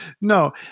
No